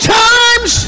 times